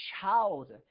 child